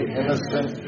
innocent